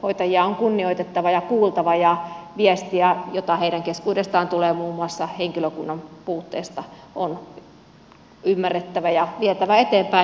hoitajia on kunnioitettava ja kuultava ja viestiä jota heidän keskuudestaan tulee muun muassa henkilökunnan puutteesta on ymmärrettävä ja vietävä eteenpäin